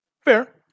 fair